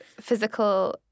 physical